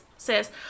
Says